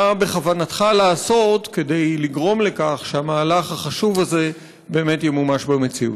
מה בכוונתך לעשות כדי לגרום לכך שהמהלך החשוב הזה באמת ימומש במציאות?